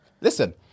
Listen